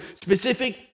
specific